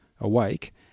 awake